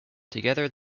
together